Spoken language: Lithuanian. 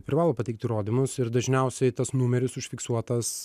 privalo pateikti įrodymus ir dažniausiai tas numeris užfiksuotas